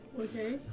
Okay